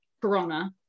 Corona